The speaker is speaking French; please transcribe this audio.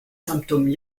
symptômes